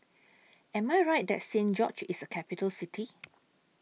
Am I Right that Saint George's IS A Capital City